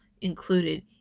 included